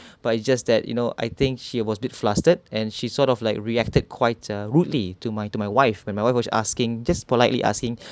but it's just that you know I think she was a bit flustered and she sort of like reacted quite uh rudely to my to my wife when my wife was asking just politely asking